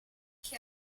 che